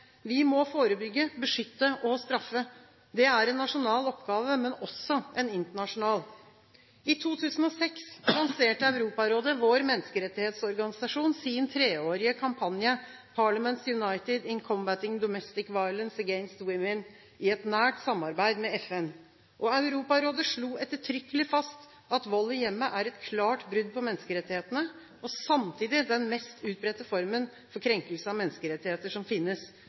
Vi må forebygge, beskytte og straffe. Det er en nasjonal oppgave, men også en internasjonal. I 2006 lanserte Europarådet, vår menneskerettighetsorganisasjon, sin treårige kampanje «Parliaments united in combating domestic violence against women» i et nært samarbeid med FN. Europarådet slo ettertrykkelig fast at vold i hjemmet er et klart brudd på menneskerettighetene og samtidig den mest utbredte formen for krenkelse av menneskerettigheter som finnes.